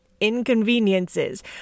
inconveniences